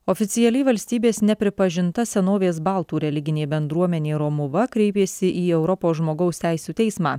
oficialiai valstybės nepripažinta senovės baltų religinė bendruomenė romuva kreipėsi į europos žmogaus teisių teismą